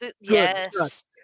Yes